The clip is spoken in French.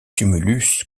tumulus